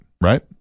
Right